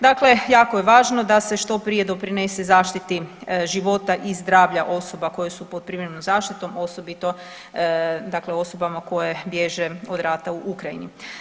Dakle jako je važno da se što prije doprinese zaštiti života i zdravlja osoba koje su pod privremenom zaštitom, osobito dakle osobama koje bježe od rata u Ukrajini.